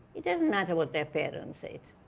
it doesn't matter what their parents ate.